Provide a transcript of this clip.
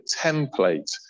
template